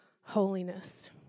holiness